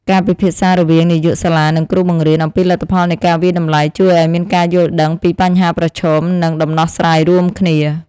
ការពិភាក្សារវាងនាយកសាលានិងគ្រូបង្រៀនអំពីលទ្ធផលនៃការវាយតម្លៃជួយឱ្យមានការយល់ដឹងពីបញ្ហាប្រឈមនិងដំណោះ ស្រាយរួមគ្នា។